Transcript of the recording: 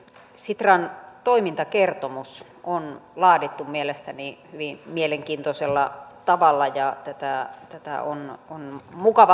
sitran toimintakertomus on laadittu mielestäni hyvin mielenkiintoisella tavalla ja tätä on mukava lukea